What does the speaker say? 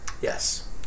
yes